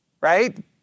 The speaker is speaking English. right